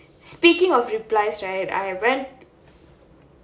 speaking of replies right I went